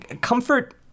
Comfort